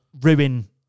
ruin